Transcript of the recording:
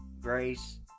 grace